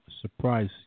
surprise